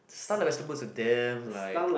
stun like vegetable is the damn like